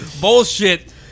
bullshit